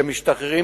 שמשתחררים,